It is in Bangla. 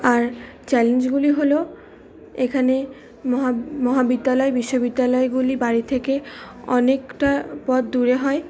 আর চ্যালেঞ্জগুলি হল এখানে মহাবিদ্যালয় বিশ্ববিদ্যালয়গুলি বাড়ি থেকে অনেকটা পথ দূরে হয়